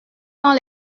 dans